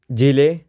ਜ਼ਿਲ੍ਹੇ